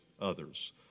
others